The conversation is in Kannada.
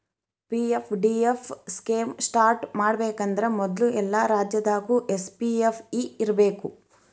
ಪಿ.ಎಫ್.ಡಿ.ಎಫ್ ಸ್ಕೇಮ್ ಸ್ಟಾರ್ಟ್ ಮಾಡಬೇಕಂದ್ರ ಮೊದ್ಲು ಎಲ್ಲಾ ರಾಜ್ಯದಾಗು ಎಸ್.ಪಿ.ಎಫ್.ಇ ಇರ್ಬೇಕು